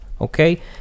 okay